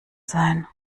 sein